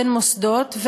בין מוסדות,